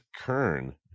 Kern